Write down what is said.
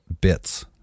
bits